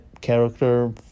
character